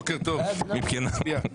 בוקר טוב, תצביע.